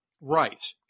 right